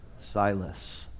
Silas